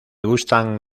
gustan